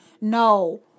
No